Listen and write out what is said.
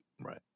Right